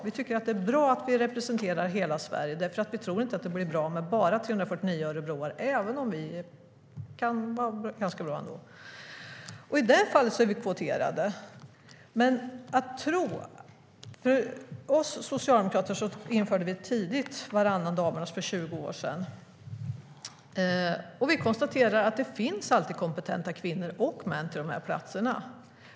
Vi tycker att det är bra att vi representerar hela Sverige, för vi tror inte att det blir bra med bara 349 örebroare även om vi kan vara ganska bra ändå. I det avseendet är vi kvoterade. Vi socialdemokrater införde tidigt, för 20 år sedan, varannan damernas. Vi konstaterar att det alltid finns kompetenta kvinnor och män till platserna.